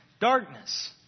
darkness